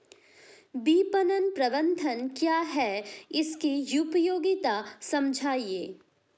विपणन प्रबंधन क्या है इसकी उपयोगिता समझाइए?